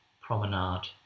promenade